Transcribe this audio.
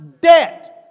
Debt